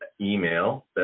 email